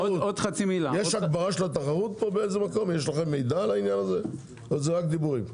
יש הגברה של התחרות פה או זה רק דיבורים?